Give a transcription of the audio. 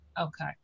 Okay